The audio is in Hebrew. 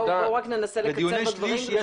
ננסה לקצר בדברים.